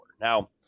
Now